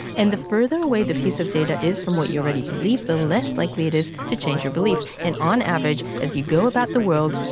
and the further away the piece of data is from what you already believe, the less likely it is to change your belief. and on average, as you go about the world,